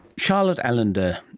charlotte allender,